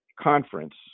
conference